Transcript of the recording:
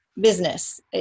business